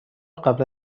قبلا